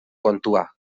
kontua